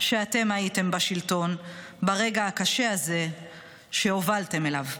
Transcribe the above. שאתם הייתם בשלטון ברגע הקשה הזה שהובלתם אליו.